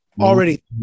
already